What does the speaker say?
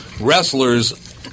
Wrestlers